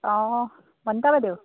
অঁ বণিতা বাইদেউ